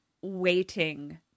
waiting